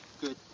good